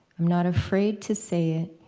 i'm not afraid to say it,